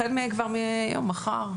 החל ממחר.